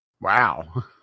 Wow